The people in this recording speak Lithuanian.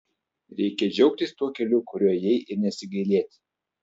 reikia džiaugtis tuo keliu kuriuo ėjai ir nesigailėti